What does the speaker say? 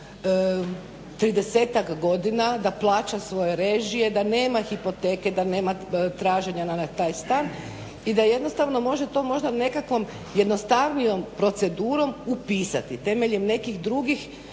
godina, da plaća svoje režije, da nema hipoteke da nema traženja na taj stan i da jednostavno može to nekakvom jednostavnijom procedurom upisati temeljem nekih drugih